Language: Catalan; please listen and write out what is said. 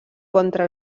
contra